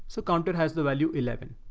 so counter has the value eleven,